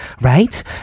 right